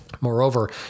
Moreover